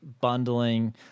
bundling